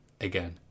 again